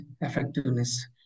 effectiveness